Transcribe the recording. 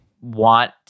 want